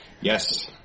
Yes